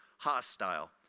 hostile